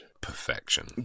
perfection